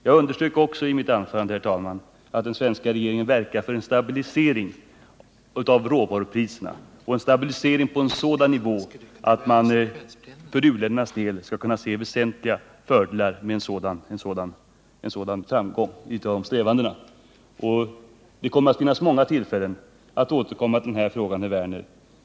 Jag underströk också i mitt anförande, herr talman, att den svenska regeringen verkar för en stabilisering av råvarupriserna på en sådan nivå att man för utvecklingsländernas del skall kunna se väsentliga fördelar när det gäller de strävandena. Det blir många tillfällen att återkomma till den här frågan, herr Werner.